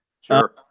sure